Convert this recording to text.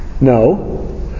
No